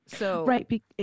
Right